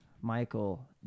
Michael